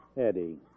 Eddie